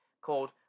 called